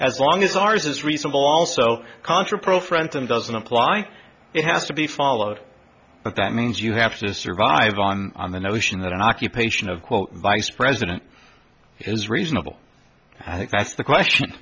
as long as ours is reasonable also contra pro friends and doesn't imply it has to be followed but that means you have to survive on the notion that an occupation of quote vice president is reasonable i think that's the question